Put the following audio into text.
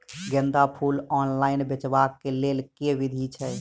गेंदा फूल ऑनलाइन बेचबाक केँ लेल केँ विधि छैय?